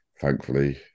thankfully